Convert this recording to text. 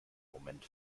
moment